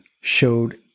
showed